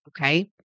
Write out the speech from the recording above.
Okay